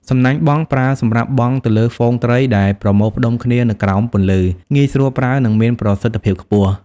សំណាញ់បង់ ប្រើសម្រាប់បង់ទៅលើហ្វូងត្រីដែលប្រមូលផ្តុំគ្នានៅក្រោមពន្លឺ។ ងាយស្រួលប្រើ និងមានប្រសិទ្ធភាពខ្ពស់។